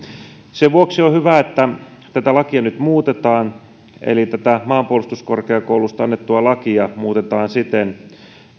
sen vuoksi on hyvä että tätä lakia nyt muutetaan eli tätä maanpuolustuskorkeakoulusta annettua lakia muutetaan siten